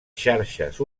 xarxes